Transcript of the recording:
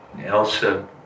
Elsa